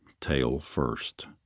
tail-first